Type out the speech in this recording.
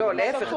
להיפך,